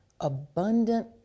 abundant